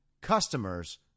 customers